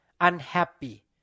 unhappy